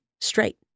straight